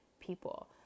people